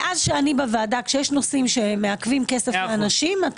מאז שאני בוועדה כשיש נושאים שמעכבים כסף מאנשים,